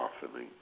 softening